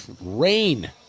rain